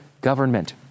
government